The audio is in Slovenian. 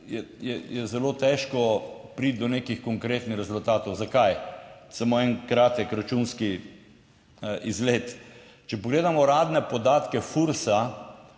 je zelo težko priti do nekih konkretnih rezultatov. Zakaj? Samo en kratek računski izlet. Če pogledamo uradne podatke FURS